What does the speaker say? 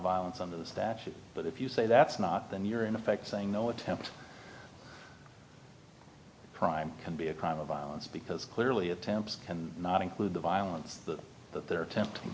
violence on the statute but if you say that's not then you're in effect saying no attempt crime can be a crime of violence because clearly attempts and not include the violence that they're attempting